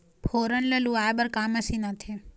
फोरन ला लुआय बर का मशीन आथे?